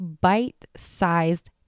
Bite-sized